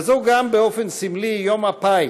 וזהו גם, באופן סמלי, יום ה"פאי",